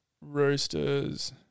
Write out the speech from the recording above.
Roosters